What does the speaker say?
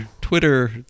Twitter